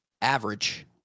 average